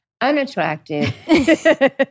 unattractive